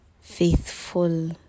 faithful